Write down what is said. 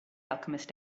alchemist